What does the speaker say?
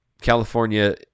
California